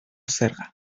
zerga